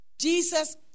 Jesus